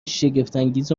شگفتانگیز